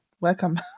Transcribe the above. welcome